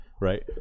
right